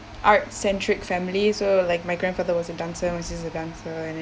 art centric families so like my grandfather was a dancer my sister was a dancer and then